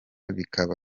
bikaba